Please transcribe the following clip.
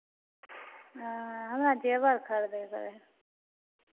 हमारा ज़ेवर खरीदे काहे